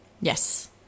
Yes